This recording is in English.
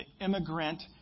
immigrant